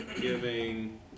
Giving